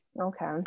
Okay